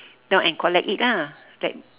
down and collect it ah that